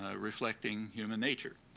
ah reflecting human nature,